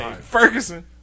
Ferguson